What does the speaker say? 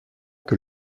que